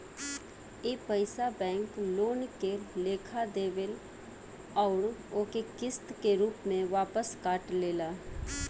ई पइसा bank loan के लेखा देवेल अउर ओके किस्त के रूप में वापस काट लेला